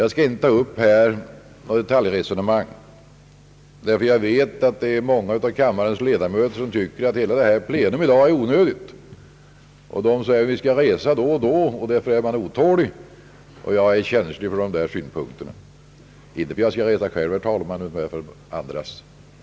Jag skall inte ta upp något detaljresonemang, eftersom jag vet att många av kammarens ledamöter tycker att hela plenum i dag är onödigt och säger: »Vi skall resa då och då.» Där för är man otålig, och jag är känslig för de synpunkterna — inte för att jag skall resa själv, herr talman, utan med tanke på andra.